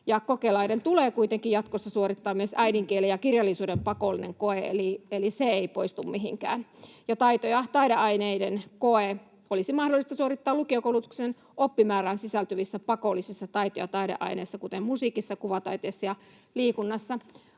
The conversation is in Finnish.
Kokelaiden tulee kuitenkin jatkossa suorittaa myös äidinkielen ja kirjallisuuden pakollinen koe, eli se ei poistu mihinkään. Taito- ja taideaineiden koe olisi mahdollista suorittaa lukiokoulutuksen oppimäärään sisältyvissä pakollisissa taito- ja taideaineissa, kuten musiikissa, kuvataiteessa ja liikunnassa.